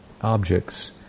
objects